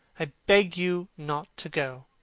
i beg you not to go.